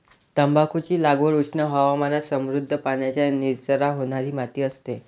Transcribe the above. तंबाखूची लागवड उष्ण हवामानात समृद्ध, पाण्याचा निचरा होणारी माती असते